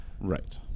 Right